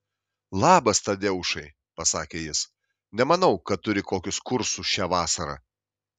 labas tadeušai pasakė jis nemanau kad turi kokius kursus šią vasarą